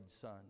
Son